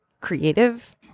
creative